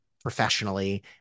professionally